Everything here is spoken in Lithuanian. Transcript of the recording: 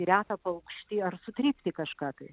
retą paukštį ar sutrypti kažką tai